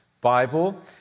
Bible